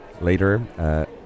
Later